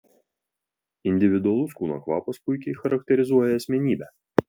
individualus kūno kvapas puikiai charakterizuoja asmenybę